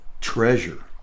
treasure